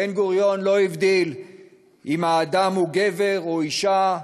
בן-גוריון לא הבדיל אם האדם הוא גבר או אישה,